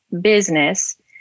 business